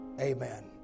Amen